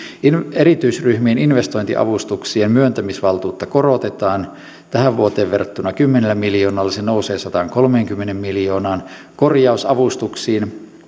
erityisryhmien investointiavustuksien myöntämisvaltuutta korotetaan tähän vuoteen verrattuna kymmenellä miljoonalla se nousee sataankolmeenkymmeneen miljoonaan korjausavustuksiin